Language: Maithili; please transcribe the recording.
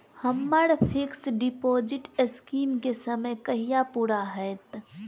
हम्मर फिक्स डिपोजिट स्कीम केँ समय कहिया पूरा हैत?